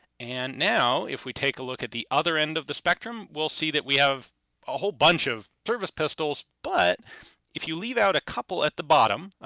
and now if we take a look at the other end of the spectrum, we'll see that we have a whole bunch of service pistols. but if you leave out a couple at the bottom,